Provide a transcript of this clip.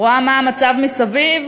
רואה מה המצב מסביב